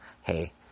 Hey